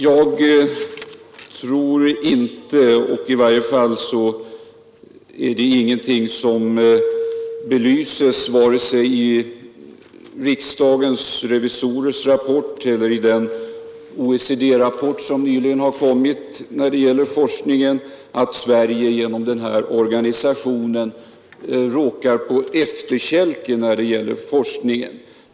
Jag tror inte — i varje fall är det ingenting som framgår vare sig i riksdagens revisorers rapport eller i den OECD-rapport som nyligen har kommit när det gäller forskningen — att Sverige genom denna organisation råkar på efterkälken.